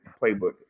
playbook